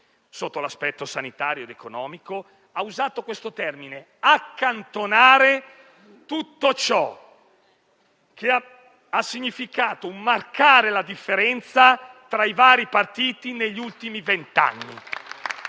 sotto l'aspetto sanitario ed economico, di accantonare - ha usato questo termine - tutto ciò che ha significato un marcare la differenza tra i vari partiti negli ultimi venti anni.